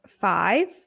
five